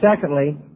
secondly